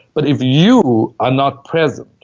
but if you are not present.